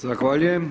Zahvaljujem.